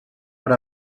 per